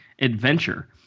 adventure